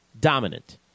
dominant